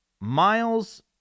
miles